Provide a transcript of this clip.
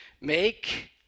make